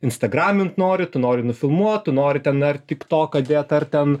instagramint nori tu nori nufilmuot tu nori ten ar tik toką dėt ar ten